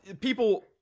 people –